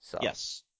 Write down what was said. Yes